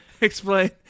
Explain